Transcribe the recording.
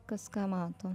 kas ką mato